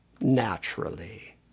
naturally